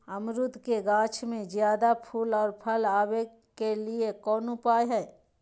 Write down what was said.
अमरूद के गाछ में ज्यादा फुल और फल आबे के लिए कौन उपाय है?